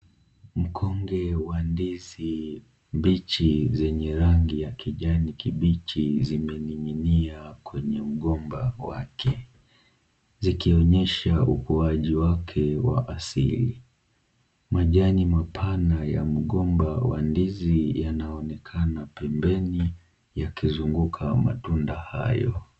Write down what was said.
Mkonge wa ndizi mbichi zenye rangi ya kijani kibichi zimeninginia kwenye ugomba wake zikionyesha ukuaji wake wa asili. Majani mapana ya mgomba wa ndizi yanaoenekana pembeni yakizunguka matunda hayo.